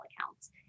accounts